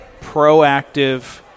proactive